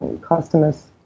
customers